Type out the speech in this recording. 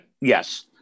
Yes